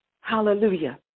Hallelujah